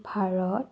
Bharat